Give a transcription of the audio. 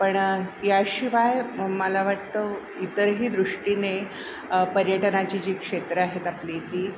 पण याशिवाय मला वाटतं इतरही दृष्टीने पर्यटनाची जी क्षेत्र आहेत आपली ती